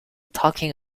talking